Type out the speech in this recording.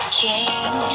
king